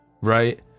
Right